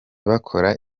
bakora